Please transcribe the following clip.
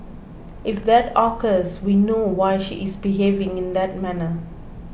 if that occurs we know why she is behaving in that manner